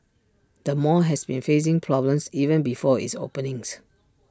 the mall has been facing problems even before its openings